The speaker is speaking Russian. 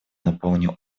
напомнил